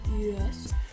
Yes